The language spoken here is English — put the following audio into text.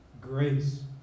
Grace